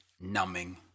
numbing